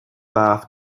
bath